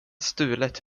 stulet